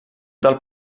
del